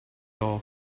all